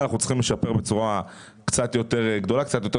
אנחנו צריכים לשפר בצורה קצת יותר משמעותית.